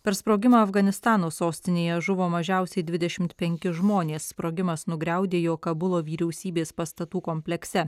per sprogimą afganistano sostinėje žuvo mažiausiai dvidešimt penki žmonės sprogimas nugriaudėjo kabulo vyriausybės pastatų komplekse